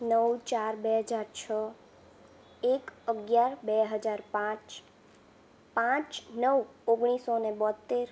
નવ ચાર બે હજાર છ એક અગિયાર બે હજાર પાંચ પાંચ નવ ઓગણીસો ને બોતેર